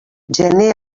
gener